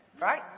Right